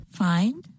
find